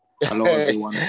hello